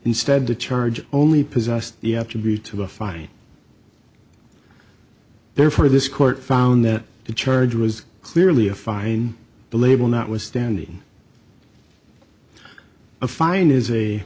instead the charge only possessed you have to be to a fine therefore this court found that the charge was clearly a fine the label notwithstanding a fine is a